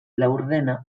laurdena